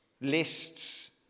lists